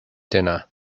diner